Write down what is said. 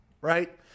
right